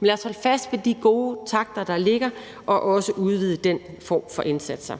Men lad os holde fast ved de gode takter, der ligger, og også udvide den form for indsatser.